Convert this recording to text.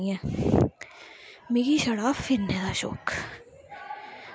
मिगी छड़ा फिरने दा शौक